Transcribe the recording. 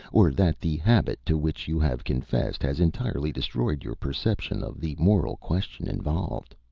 or that the habit to which you have confessed has entirely destroyed your perception of the moral question involved.